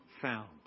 found